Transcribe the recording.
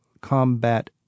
combat